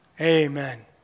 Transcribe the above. Amen